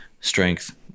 strength